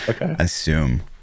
assume